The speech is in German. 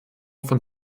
von